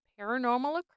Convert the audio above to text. paranormal